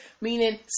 meaning